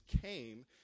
came